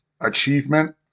Achievement